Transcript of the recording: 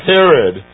Herod